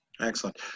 Excellent